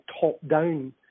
top-down